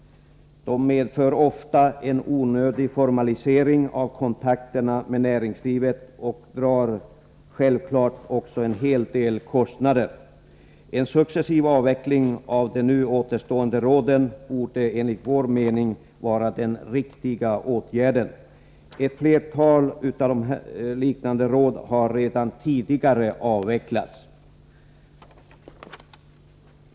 Råden medför ofta en onödig formalisering av kontakterna med näringslivet och drar självfallet också en hel del kostnader. En successiv avveckling av de nu återstående råden — ett flertal av dem har redan tidigare avvecklats — borde därför enligt vår mening vara en riktig åtgärd.